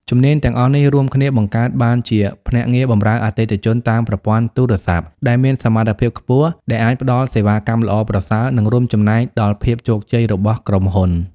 ជំនាញទាំងអស់នេះរួមគ្នាបង្កើតបានជាភ្នាក់ងារបម្រើអតិថិជនតាមប្រព័ន្ធទូរស័ព្ទ ដែលមានសមត្ថភាពខ្ពស់ ដែលអាចផ្ដល់សេវាកម្មល្អប្រសើរ និងរួមចំណែកដល់ភាពជោគជ័យរបស់ក្រុមហ៊ុន។